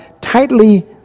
tightly